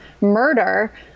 murder